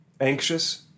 Anxious